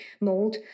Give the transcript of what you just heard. mold